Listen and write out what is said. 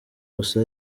gusa